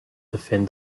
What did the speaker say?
defend